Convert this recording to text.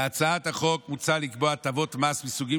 בהצעת החוק מוצע לקבוע הטבות מס מסוגים